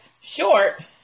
short